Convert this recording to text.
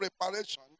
preparation